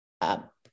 up